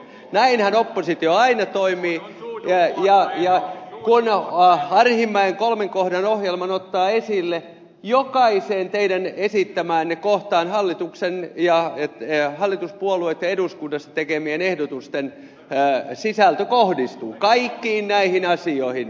näinhän oppositio aina toimii uudelleen ja yhä kuin alkuaan kun arhinmäen kolmen kohdan ohjelman ottaa esille jokaiseen teidän esittämäänne kohtaan hallituspuolueitten eduskunnassa tekemien ehdotusten sisältö kohdistuu kaikkiin näihin asioihin